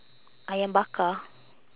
ayam bakar